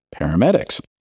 paramedics